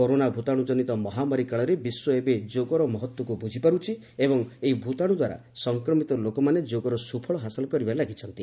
corona ଭୂତାଣୁଜନିତ ମହାମାରୀ କାଳରେ ବିଶ୍ୱ ଏବେ ଯୋଗର ମହତ୍ତ୍ୱକୁ ବୁଝିପାରୁଛି ଏବଂ ଏହି ଭୂତାଣୁଦ୍ୱାରା ସଂକ୍ରମିତ ଲୋକମାନେ ଯୋଗର ସୁଫଳ ହାସଲ କରିବାରେ ଲାଗିଛନ୍ତି